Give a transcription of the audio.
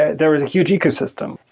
there was a huge ecosystem.